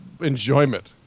enjoyment